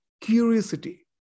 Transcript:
curiosity